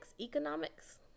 economics